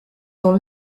dans